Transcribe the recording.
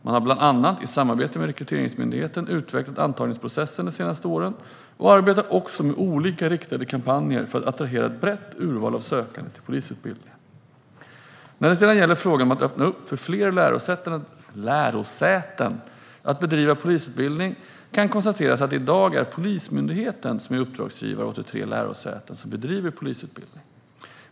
Man har bland annat, i samarbete med Rekryteringsmyndigheten, utvecklat antagningsprocessen de senaste åren och arbetar också med olika riktade kampanjer för att attrahera ett brett urval av sökande till polisutbildningen. När det sedan gäller frågan om att öppna upp för fler lärosäten att bedriva polisutbildning kan det konstateras att det i dag är Polismyndigheten som är uppdragsgivare åt de tre lärosäten som bedriver polisutbildning.